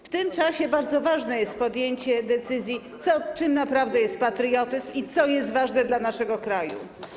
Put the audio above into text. W tym czasie bardzo ważne jest podjęcie decyzji, czym naprawdę jest patriotyzm i co jest ważne dla naszego kraju.